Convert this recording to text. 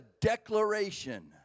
declaration